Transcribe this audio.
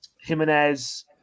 Jimenez